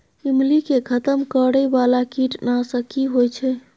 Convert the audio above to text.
ईमली के खतम करैय बाला कीट नासक की होय छै?